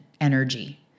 energy